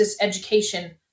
education